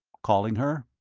calling her?